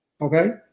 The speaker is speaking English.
Okay